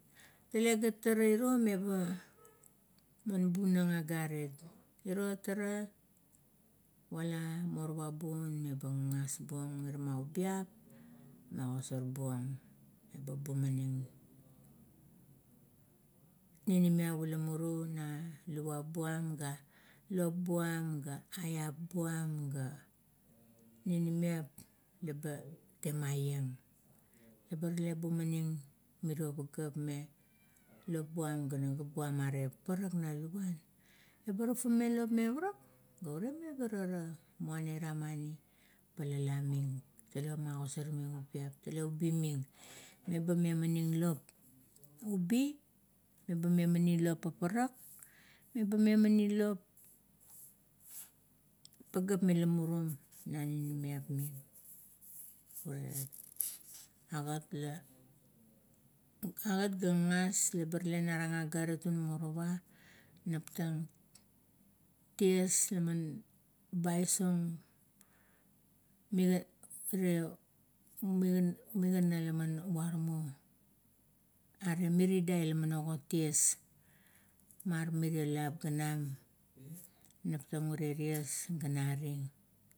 Tale gat tara iro, man bunang agarit iro tara wala morowa bun, meba gagas buong ira ma ubiap la magosar buong, ba bumaning. Ninimiap ula muru na luvap buam, ga lop buam, ga aiep buam, ga ninimiap leba temaieng leba rale bumaning, mirio pageap me lop ga nagap, are paparak na luvan, eba tafameng lop me parak, ure nevarara, muana ira mani, palala ming it. Tale magosar ming ubiap, tale ubi ming, meba memaning lop ubi, ba memaning lop paparak, eba memaning lop, pageap mila murum na ninimiap ming. Urit agat, agat ga gagas leba tale narang agarit un morowa "neptang" ties laman bais ong, miga ire, miga, migana la waramo. Are miridai laman ogor ties, mar mirie lap ganami. Neptang urie ties ga naring.